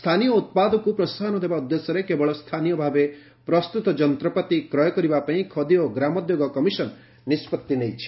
ସ୍ଥାନୀୟ ଉତ୍ପାଦକୁ ପ୍ରୋହାହନ ଦେବା ଉଦ୍ଦେଶ୍ୟରେ କେବଳ ସ୍ଥାନୀୟ ଭାବେ ପ୍ରସ୍ତୁତ ଯନ୍ତ୍ରପାତି କ୍ରୟ କରିବାପାଇଁ ଖଦୀ ଓ ଗ୍ରାମୋଦ୍ୟୋଗ କମିଶନ୍ ନିଷ୍ପଭି ନଇେଛି